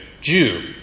Jew